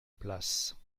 places